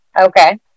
Okay